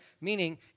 Meaning